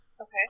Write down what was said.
Okay